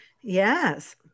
Yes